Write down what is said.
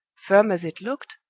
firm as it looked,